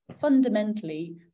fundamentally